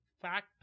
fact